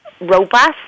robust